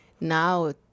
Now